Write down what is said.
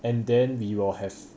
and then we will have